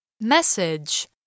Message